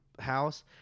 house